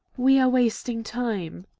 we are wasting time!